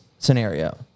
scenario